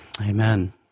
Amen